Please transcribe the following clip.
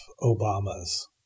Obama's